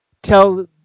Tell